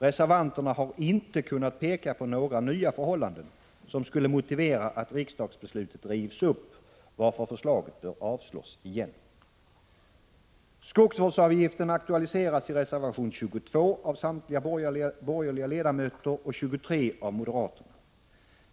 Reservanterna har inte kunnat peka på några nya förhållanden som skulle motivera att riksdagsbeslutet rivs upp, varför förslaget bör avslås igen. Skogsvårdsavgiften aktualiseras i reservation 22 av samtliga borgerliga ledamöter och i reservation 23 av moderaterna.